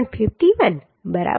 51 બરાબર